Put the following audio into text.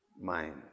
Mind